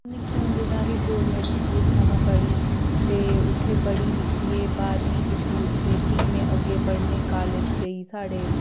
निक्के होंदा दा गै गौरमैंट स्कूल थमां पढ़ी ते उत्थें पढ़ी लिखियै बाह्रमी कीती उत्थै फ्ही में अग्गें पढ़ने कालेज गेई साढ़े